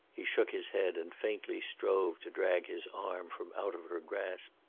he shook his head and faintly strove to drag his arm from out of her grasp.